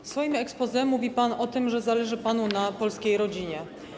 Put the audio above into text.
W swoim exposé mówił pan o tym, że zależy panu na polskiej rodzinie.